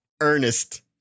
Ernest